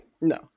no